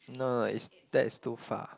no it's that's too far